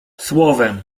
słowem